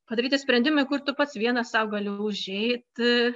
padaryti sprendimą kur tu pats vienas sau galima užeit